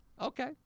okay